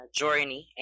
journey